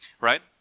right